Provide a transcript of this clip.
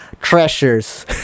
treasures